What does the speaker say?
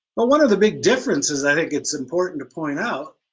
but one of the big differences that it gets important to point out